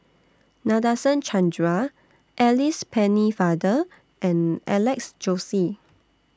Nadasen Chandra Alice Pennefather and Alex Josey